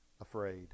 afraid